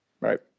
Right